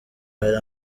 hari